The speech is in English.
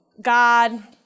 God